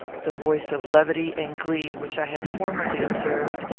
the voice of levity and glee, which i had formerly observed,